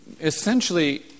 essentially